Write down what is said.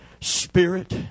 spirit